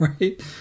Right